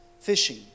fishing